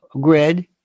grid